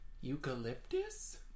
eucalyptus